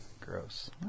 Gross